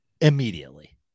immediately